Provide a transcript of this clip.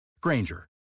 Granger